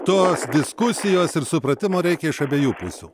tos diskusijos ir supratimo reikia iš abiejų pusių